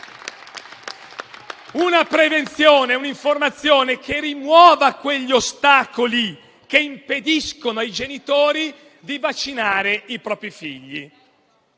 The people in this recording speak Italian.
Una prevenzione e un'informazione che rimuovano quegli ostacoli che impediscono ai genitori di vaccinare i propri figli: